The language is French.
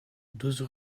douze